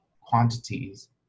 quantities